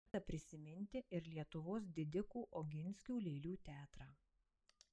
verta prisiminti ir lietuvos didikų oginskių lėlių teatrą